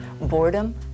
boredom